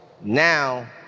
now